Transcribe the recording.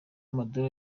maduro